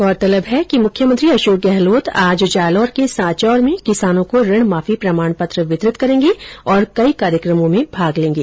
गौरतलब है कि मुख्यमंत्री अशोक गहलोत आज जालोर के सांचोर में किसानों को ऋण माफी प्रमाण पत्र वितरित करेंगे और कई कार्यक्रमों में भाग लेंगे